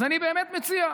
אני באמת מציע,